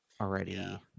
already